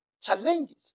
challenges